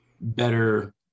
better